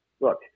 look